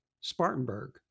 Spartanburg